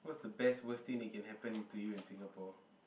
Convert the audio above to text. what's the best worst thing that can happen to you in Singapore